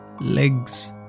legs